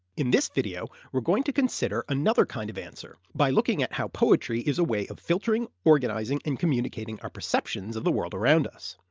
in this video we're going to consider another kind of answer, by looking at how poetry is a way of filtering, organizing, and communicating our perceptions of the world around us.